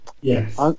Yes